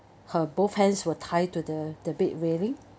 her both hands were tied to the the bed really